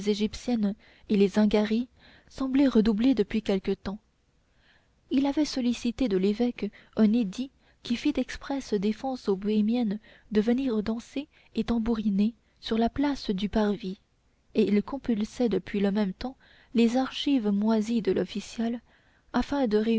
égyptiennes et les zingari semblait redoubler depuis quelque temps il avait sollicité de l'évêque un édit qui fît expresse défense aux bohémiennes de venir danser et tambouriner sur la place du parvis et il compulsait depuis le même temps les archives moisies de l'official afin de